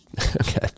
Okay